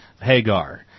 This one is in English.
Hagar